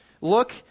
Look